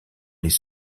les